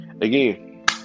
again